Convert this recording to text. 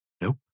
Nope